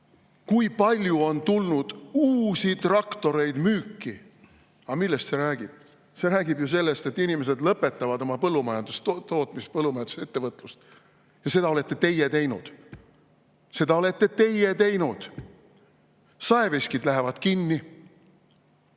Kui palju on tulnud uusi traktoreid müüki! Aga millest see räägib? See räägib ju sellest, et inimesed lõpetavad oma põllumajandustootmisi, põllumajandusettevõtlust – ja seda olete teie teinud. Seda olete teie teinud! Saeveskid lähevad kinni,